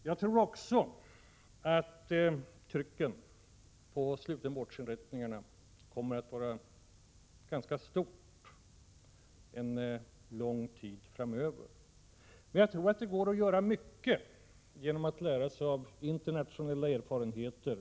Jag tror också att trycket på slutenvårdsinrättningarna kommer att vara ganska stort en lång tid framöver. Men jag tror att det går att göra mycket genom att lära sig av internationella erfarenheter.